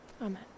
Amen